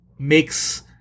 makes